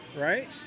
Right